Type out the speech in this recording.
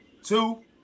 two